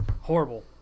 Horrible